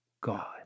God